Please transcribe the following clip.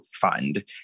fund